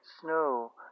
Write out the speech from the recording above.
snow